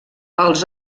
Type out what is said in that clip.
els